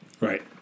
Right